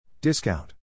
Discount